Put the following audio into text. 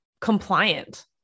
compliant